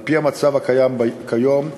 על-פי המצב הקיים כיום,